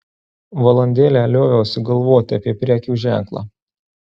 valandėlę lioviausi galvoti apie prekių ženklą